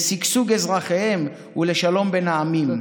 לשגשוג אזרחיהן ולשלום בין העמים.